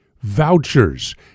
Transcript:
Vouchers